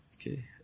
Okay